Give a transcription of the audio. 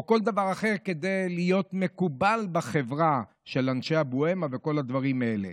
או כל דבר אחר כדי להיות מקובל בחברה של אנשי הבוהמה וכל הדברים האלה.